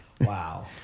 Wow